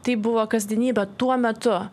tai buvo kasdienybė tuo metu